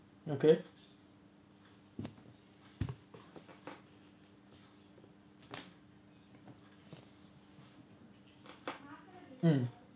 okay mm